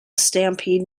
stampede